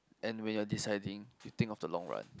and when you're deciding you think of the long run